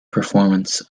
performance